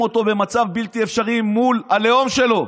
אותו במצב בלתי אפשרי מול הלאום שלו,